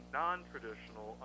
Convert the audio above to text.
non-traditional